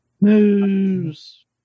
News